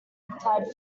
replied